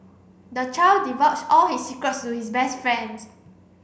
the child divulged all his secrets to his best friends